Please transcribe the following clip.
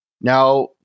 Now